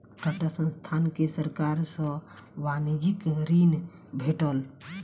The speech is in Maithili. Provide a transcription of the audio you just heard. टाटा संस्थान के सरकार सॅ वाणिज्यिक ऋण भेटल